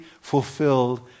fulfilled